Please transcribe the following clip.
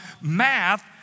math